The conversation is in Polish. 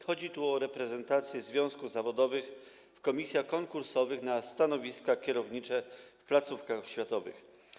Chodzi tu o reprezentację związków zawodowych w komisjach konkursowych na stanowiska kierownicze w placówkach oświatowych.